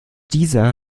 dieser